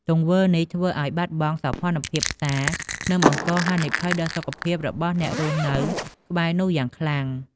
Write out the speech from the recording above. ទង្វើនេះធ្វើឱ្យបាត់បង់សោភ័ណភាពផ្សារ និងបង្កហានិភ័យដល់សុខភាពរបស់អ្នករស់នៅក្បែរនោះយ៉ាងខ្លាំង។